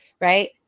right